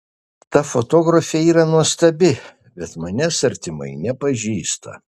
ta fotografė yra nuostabi bet manęs artimai nepažįsta